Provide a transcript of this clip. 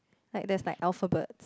like there's like alphabet